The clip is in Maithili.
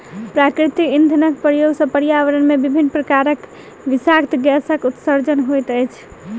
प्राकृतिक इंधनक प्रयोग सॅ पर्यावरण मे विभिन्न प्रकारक विषाक्त गैसक उत्सर्जन होइत अछि